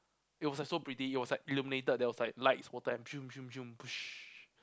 it was like so pretty it was like illuminated there was like lights water and